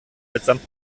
mitsamt